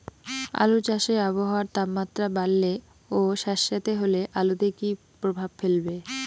আলু চাষে আবহাওয়ার তাপমাত্রা বাড়লে ও সেতসেতে হলে আলুতে কী প্রভাব ফেলবে?